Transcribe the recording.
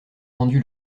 vendu